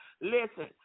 Listen